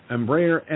Embraer